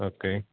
okay